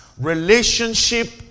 relationship